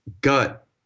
gut